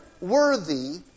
worthy